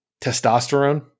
testosterone